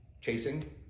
chasing